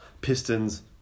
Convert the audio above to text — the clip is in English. Pistons